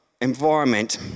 environment